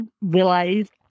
realized